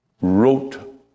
wrote